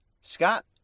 Scott